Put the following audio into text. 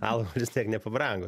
alkoholis tiek nepabrango